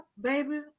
Baby